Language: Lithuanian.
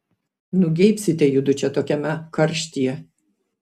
nugeibsite judu čia tokiame karštyje